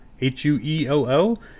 H-U-E-L-L